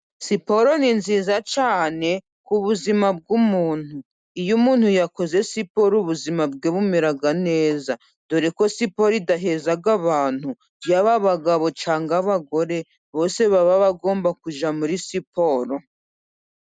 Siporo ni nziza cyane ku buzima bw'umuntu. Iyo umuntu yakoze siporo ubuzima bwe bumera neza dore ko siporo idahezaga abantu. Yaba abagabo cyanga abagore bose baba bagomba kujya muri siporo.